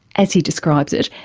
as he describes it,